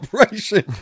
operation